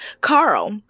Carl